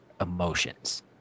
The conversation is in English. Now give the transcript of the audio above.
emotions